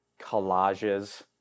collages